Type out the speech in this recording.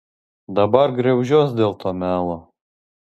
dabar griaužiuos dėl to melo